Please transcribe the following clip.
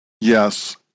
Yes